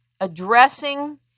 addressing